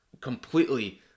completely